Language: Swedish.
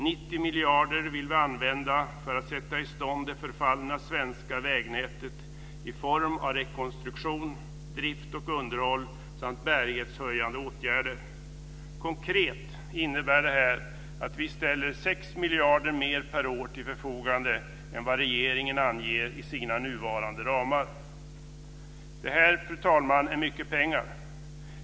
90 miljarder vill vi använda för att sätta i stånd det förfallna svenska vägnätet i form av rekonstruktion, drift och underhåll samt bärighetshöjande åtgärder. Konkret innebär det att vi ställer 6 miljarder mer per år till förfogande än vad regeringen anger i sina nuvarande ramar. Fru talman! Detta är mycket pengar.